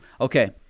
okay